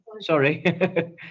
sorry